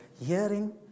hearing